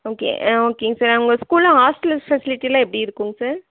okay ஆ ஓகேங்க sir உங்கள் ஸ்கூலில் ஹாஸ்டல் ஃபெசிலிட்டிலாம் எப்படி இருக்குங்க சார்